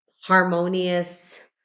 harmonious